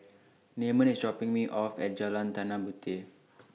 Namon IS dropping Me off At Jalan Tanah Puteh